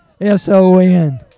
S-O-N